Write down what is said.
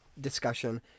discussion